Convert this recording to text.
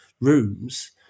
rooms